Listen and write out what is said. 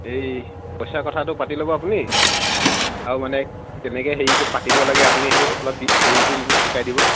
এই পইচা কথাটো পাতি ল'ব আপুনি আৰু মানে কেনেকৈ হেৰি পাতিব লাগে আপুনি সেইটো অলপ দি হেৰি কৰি দিব শিকাই দিব